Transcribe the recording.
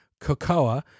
cocoa